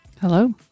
Hello